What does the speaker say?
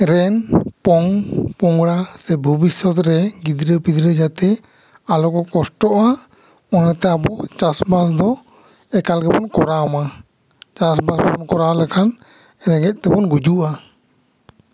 ᱨᱮᱱ ᱯᱚᱝ ᱯᱚᱜᱲᱟ ᱥᱮ ᱵᱷᱚᱵᱤᱥᱚᱛ ᱨᱮ ᱜᱤᱫᱽᱨᱟᱹ ᱯᱤᱫᱽᱨᱟᱹ ᱟᱞᱚ ᱠᱚ ᱠᱚᱥᱴᱚᱜᱼᱟ ᱚᱱᱟ ᱛᱮ ᱟᱵᱚ ᱪᱟᱥ ᱵᱟᱥ ᱫᱚ ᱮᱠᱟᱞ ᱜᱮᱵᱚᱱ ᱠᱚᱨᱟᱣᱢᱟ ᱪᱟᱥ ᱵᱟᱵᱚᱱ ᱠᱚᱨᱟᱣ ᱞᱮᱠᱷᱟᱱ ᱨᱮᱜᱮᱡᱽ ᱛᱮᱵᱚᱱ ᱜᱩᱡᱩᱜᱼᱟ